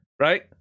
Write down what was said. right